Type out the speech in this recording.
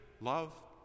Love